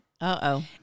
Uh-oh